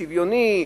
שוויוני,